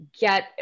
get